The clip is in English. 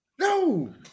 No